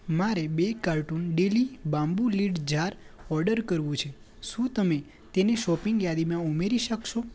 મારે બે કાર્ટૂન ડેલી બામ્બૂ લીડ જાર ઓર્ડર કરવું છે શું તમે તેને શોપિંગ યાદીમાં ઉમેરી શકશો